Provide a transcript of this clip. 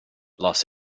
los